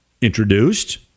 introduced